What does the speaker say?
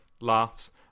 laughs